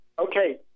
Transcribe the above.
Okay